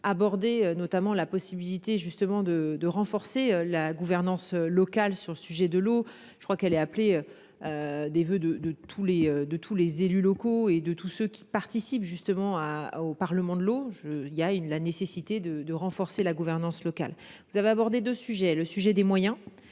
aborder notamment la possibilité justement de, de renforcer la gouvernance locale sur le sujet de l'eau. Je crois qu'elle est appelée. Des voeux de, de tous les, de tous les élus locaux et de tous ceux qui participent justement au Parlement de l'eau je il y a une la nécessité de renforcer la gouvernance locale. Vous avez abordé de sujet, le sujet des moyens